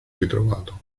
ritrovato